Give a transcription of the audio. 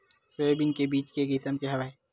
Soybean के बीज के किसम के हवय?